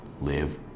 live